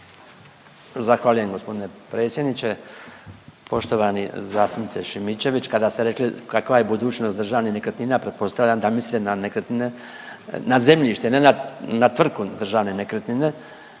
Zahvaljujem gospodine predsjedniče. Poštovani zastupniče Šimičević kada ste rekli kakva je budućnost državnih nekretnina pretpostavljam da mislite na nekretnine na zemljište ne na tvrtku Državne nekretnine